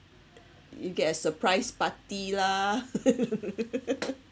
you get a surprise party lah